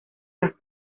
las